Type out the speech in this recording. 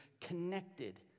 connected